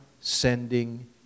sending